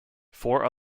four